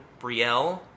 Brielle